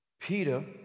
Peter